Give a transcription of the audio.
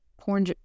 porn